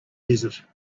desert